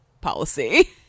policy